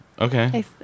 Okay